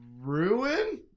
Ruin